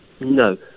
No